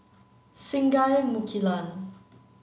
Singai Mukilan